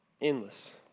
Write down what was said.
Endless